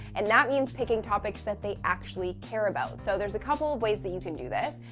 and that means picking topics that they actually care about. so there's a couple of ways that you can do this.